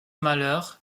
mahler